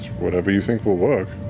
whatever you think will work.